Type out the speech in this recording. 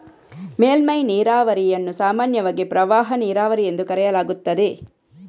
ಮೇಲ್ಮೈ ನೀರಾವರಿಯನ್ನು ಸಾಮಾನ್ಯವಾಗಿ ಪ್ರವಾಹ ನೀರಾವರಿ ಎಂದು ಕರೆಯಲಾಗುತ್ತದೆ